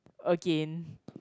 again